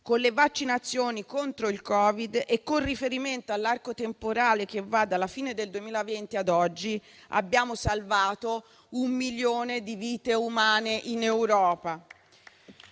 con le vaccinazioni contro il Covid e con riferimento all'arco temporale che va dalla fine del 2020 ad oggi abbiamo salvato un milione di vite umane in Europa.